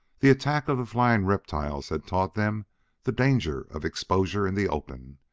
the attack of the flying reptiles had taught them the danger of exposure in the open,